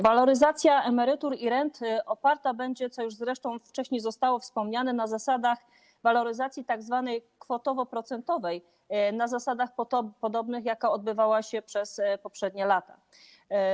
Waloryzacja emerytur i rent oparta będzie, co już zresztą wcześniej zostało wspomniane, na zasadach waloryzacji tzw. kwotowo-procentowej, na zasadach podobnych do tych, na jakich odbywała się przez poprzednie lata.